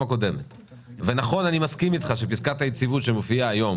אני מסכים איתך שפיסקת היציבות שמופיעה היום